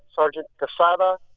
sergeant quezada,